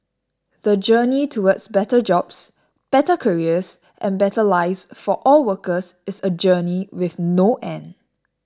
the journey towards better jobs better careers and better lives for all workers is a journey with no end